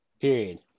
Period